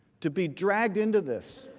to be dragged into this.